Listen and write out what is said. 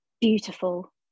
beautiful